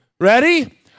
Ready